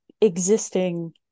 existing